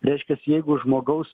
reiškias jeigu žmogaus